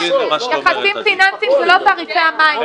יחסים פיננסיים זה לא תעריפי המים,